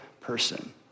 person